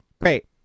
Great